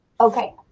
Okay